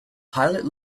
pilot